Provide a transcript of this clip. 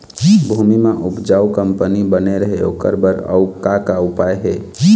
भूमि म उपजाऊ कंपनी बने रहे ओकर बर अउ का का उपाय हे?